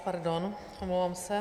Pardon, omlouvám se.